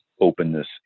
openness